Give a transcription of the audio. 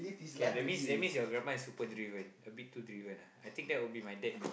k that means that means your grandma is super driven a bit too driven ah I think that will be my dad in the